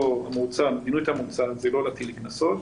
מדיניות המועצה היא לא להטיל קנסות,